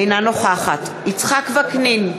אינה נוכחת יצחק וקנין,